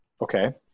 Okay